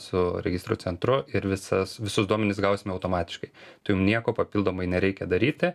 su registrų centru ir visas visus duomenis gausime automatiškai tai jum nieko papildomai nereikia daryti